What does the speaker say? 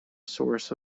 source